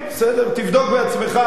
תבדוק בעצמך.